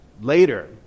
Later